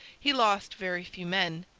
he lost very few men,